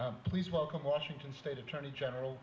e please welcome washington state attorney general